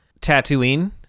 tatooine